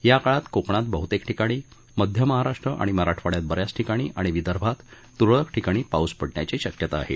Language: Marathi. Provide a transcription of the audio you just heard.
या काळात कोकणात बहुतेक ठिकाणी मध्य महाराष्ट्र आणि मराठवाड्यात बऱ्याच ठिकाणी आणि विदर्भात तुरळक ठिकाणी पाऊस पडण्याची शक्यता आहे